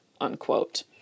unquote